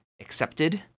accepted